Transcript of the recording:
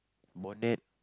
bonnet